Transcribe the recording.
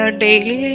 daily